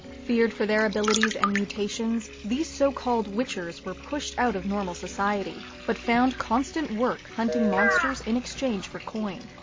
feared for their abilities and mutations, these so called witchers were pushed out of normal society, but found constant work hunting monsters in exchange for coin.